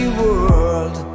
world